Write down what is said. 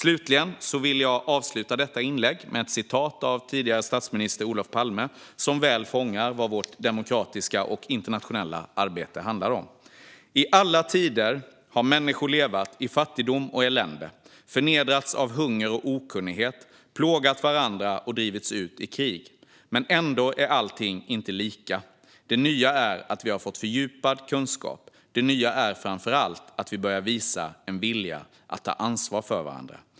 Jag vill avsluta detta inlägg med ett citat av tidigare statsminister Olof Palme, som väl fångar vad vårt demokratiska och internationella arbete handlar om: I alla tider har människorna levat i fattigdom och elände, förnedrats av hunger och okunnighet, plågat varandra och drivits ut i krig. Men ändå är allting inte lika. Det nya är att vi fått fördjupad kunskap. Det nya är framför allt att vi börjar visa en vilja att ta ansvar för varandra.